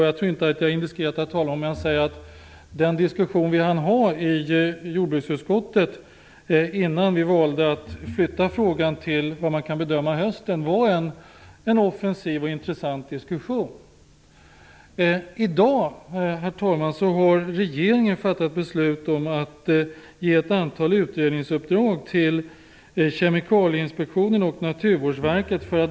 Jag tror inte att jag är indiskret om jag talar om att den diskussion som vi hann ha i jordbruksutskottet innan utskottet valde att flytta frågan till hösten, som man nu kan bedöma, var en offensiv och intressant diskussion. Herr talman! I dag har regeringen fattat beslut om att ge ett antal utredningsuppdrag till Kemikalieinspektionen och Naturvårdsverket.